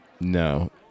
No